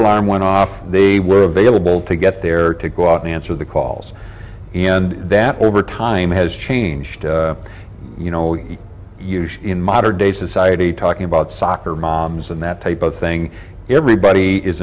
alarm went off they were available to get their to go out and answer the call and that over time has changed you know we use in modern day society talking about soccer moms and that type of thing everybody is